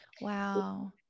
Wow